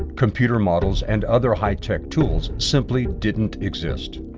computer models, and other high-tech tools simply didn't exist.